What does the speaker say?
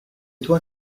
toi